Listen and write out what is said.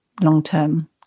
long-term